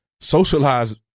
socialize